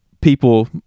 people